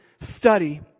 study